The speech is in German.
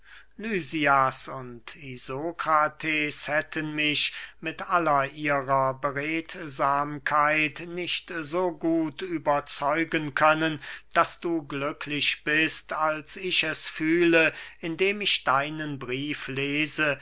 lysias und isokrates hätten mich mit aller ihrer beredsamkeit nicht so gut überzeugen können daß du glücklich bist als ich es fühle indem ich deinen brief lese